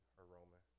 aroma